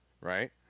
Right